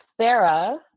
Sarah